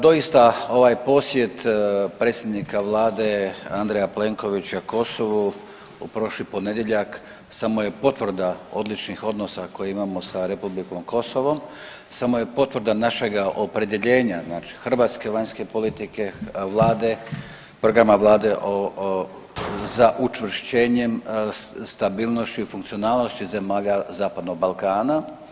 Doista ovaj posjet predsjednika Vlade Andreja Plenkovića Kosovu u prošli ponedjeljak samo je potvrda odličnih odnosa koje imamo sa Republikom Kosovom, samo je potvrda našega opredjeljenja hrvatske vanjske politike, vlade, programa Vlade za učvršćenjem, stabilnošću i funkcionalnošću zemalja zapadnog Balkana.